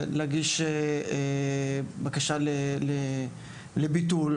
אפשרות להגיש בקשה לביטול בנושא של חוק מכוני הכושר,